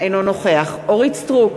אינו נוכח אורית סטרוק,